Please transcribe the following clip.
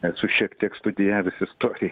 esu šiek tiek studijavęs istoriją